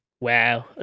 Wow